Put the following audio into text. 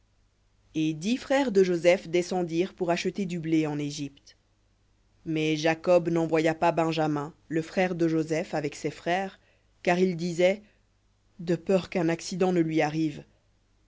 et dix frères de joseph descendirent pour acheter du blé en égypte mais jacob n'envoya pas benjamin le frère de joseph avec ses frères car il disait de peur qu'un accident ne lui arrive